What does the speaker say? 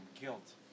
guilt